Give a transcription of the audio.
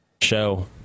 show